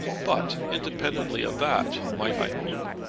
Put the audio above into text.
but, independently of that, might i hope?